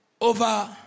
over